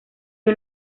hay